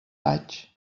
vaig